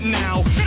now